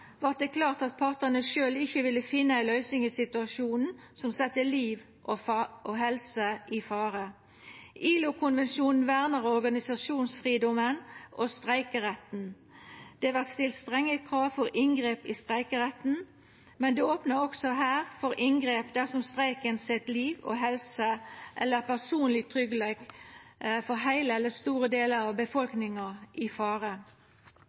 vart det klart at partane sjølve ikkje ville finna ei løysing på situasjonen som sette liv og helse i fare. ILO-konvensjonen vernar organisasjonsfridomen og streikeretten. Det vert stilt strenge krav for inngrep i streikeretten, men det vert også her opna for inngrep dersom streiken set liv, helse eller personleg tryggleik for heile eller store delar av befolkninga i fare.